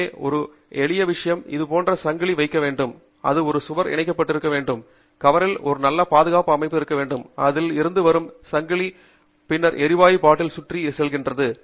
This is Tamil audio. எனவே ஒரு எளிய விஷயம் இது போன்ற சங்கிலி வைக்க வேண்டும் அது சுவர் இணைக்கப்பட்டுள்ளது என்று சுவரில் ஒரு நல்ல பாதுகாப்பான அமைப்பு இருக்க வேண்டும் அதில் இருந்து வரும் சங்கிலி உள்ளது பின்னர் எரிவாயு பாட்டில் சுற்றி செல்கிறது